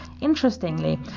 Interestingly